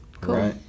Cool